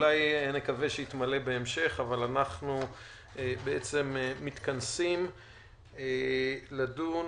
נקווה שיתמלאו בהמשך אנחנו מתכנסים לדון